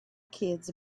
kids